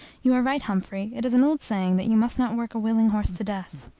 you are right, humphrey it is an old saying, that you must not work a willing horse to death.